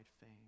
fame